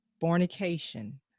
fornication